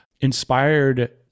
inspired